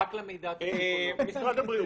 משרד הבריאות.